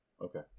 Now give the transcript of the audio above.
Okay